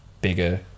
bigger